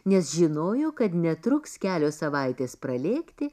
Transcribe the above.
nes žinojo kad netruks kelios savaitės pralėkti